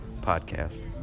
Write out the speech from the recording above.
Podcast